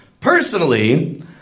Personally